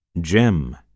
gem